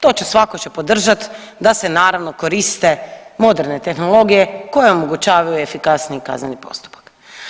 To će, svatko će podržati da se naravno koriste moderne tehnologije koje omogućavaju efikasniji kazneni postupak.